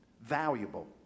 valuable